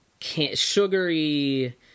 sugary